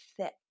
thick